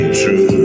true